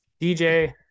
DJ